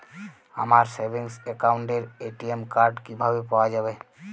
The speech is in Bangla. আমার সেভিংস অ্যাকাউন্টের এ.টি.এম কার্ড কিভাবে পাওয়া যাবে?